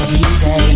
easy